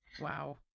Wow